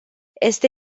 este